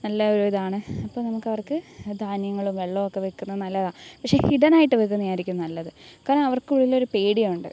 നല്ലൊരിതാണ് അപ്പോൾ നമുക്ക് അവർക്ക് ധാന്യങ്ങളും വെള്ളമൊക്കെ വെക്കുന്നത് നല്ലതാണ് പക്ഷെ ഹിഡൻ ആയിട്ട് വെക്കുന്നതായിരിക്കും നല്ലത് കാരണം അവർക്കുള്ളിലൊരു പേടിയുണ്ട്